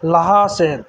ᱞᱟᱦᱟ ᱥᱮᱫ